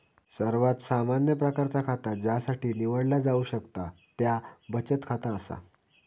सर्वात सामान्य प्रकारचा खाता ज्यासाठी निवडला जाऊ शकता त्या बचत खाता असा